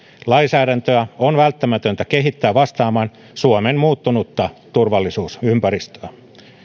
lainsäädäntöä on välttämätöntä kehittää vastaamaan suomen muuttunutta turvallisuusympäristöä